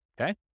okay